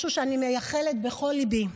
משהו שאני מייחלת לו בכל ליבי.